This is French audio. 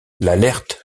l’alert